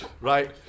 Right